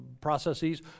processes